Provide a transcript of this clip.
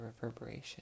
reverberation